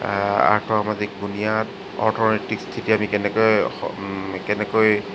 আৰ্থসামাজিক বুনিয়াদ অৰ্থনৈতিক স্থিতি আমি কেনেকৈ কেনেকৈ